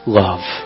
love